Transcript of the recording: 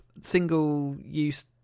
single-use